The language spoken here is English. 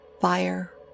fire